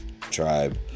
tribe